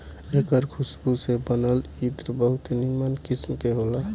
एकर खुशबू से बनल इत्र बहुते निमन किस्म के होला